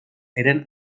eren